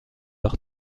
par